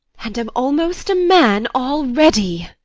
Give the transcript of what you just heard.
and am almost a man already.